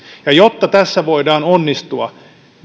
jotta tässä voidaan onnistua